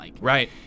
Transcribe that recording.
Right